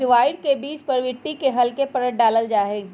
अजवाइन के बीज पर मिट्टी के हल्के परत डाल्ल जाहई